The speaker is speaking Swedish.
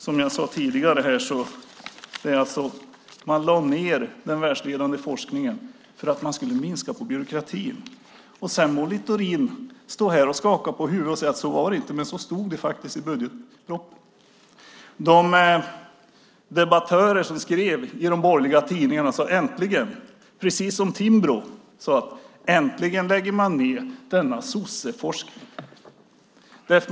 Som jag sade tidigare lade man ned den världsledande forskningen för att man skulle minska byråkratin. Sedan må Littorin stå här och skaka på huvudet och säga att det inte var så, men så stod det faktiskt i budgetpropositionen. De debattörer som skrev i de borgerliga tidningarna sade, precis som Timbro, att man äntligen lägger ned denna sosseforskning.